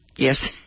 Yes